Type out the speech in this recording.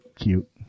cute